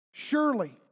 Surely